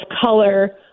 color